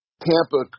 Tampa